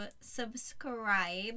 subscribe